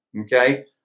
okay